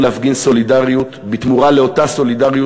עלינו להפגין סולידריות בתמורה לאותה סולידריות